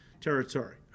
territory